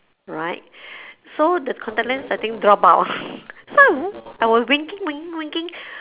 right so the contact lens I think drop out so I was winking winking winking